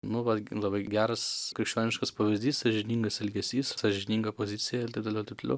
nu vat labai geras krikščioniškas pavyzdys sąžiningas elgesys sąžininga pozicija ir taip toliau ir taip toliau